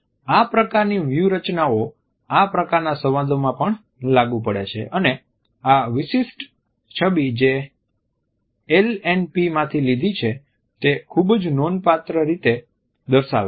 આ પ્રકારની વ્યૂહરચનાઓ આ પ્રકારના સંવાદોમાં પણ લાગુ પડે છે અને આ વિશિષ્ટ છબી જે LNP માંથી લીધી છે તે ખૂબ જ નોંધપાત્ર રીતે દર્શાવેલ છે